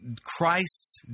Christ's